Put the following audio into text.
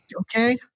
okay